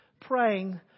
praying